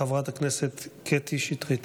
חברת הכנסת קטי שטרית.